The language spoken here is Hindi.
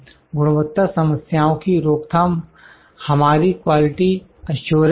गुणवत्ता समस्याओं की रोकथाम हमारी क्वालिटी एश्योरेंस है